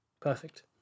Perfect